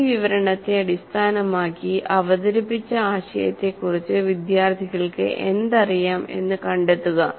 ഈ വിവരണത്തെ അടിസ്ഥാനമാക്കി അവതരിപ്പിച്ച ആശയത്തെക്കുറിച്ച് വിദ്യാർത്ഥികൾക്ക് എന്തറിയാം എന്ന് കണ്ടെത്തുക